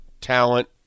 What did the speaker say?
talent